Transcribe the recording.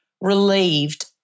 relieved